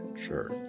sure